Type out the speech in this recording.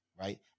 Right